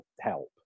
help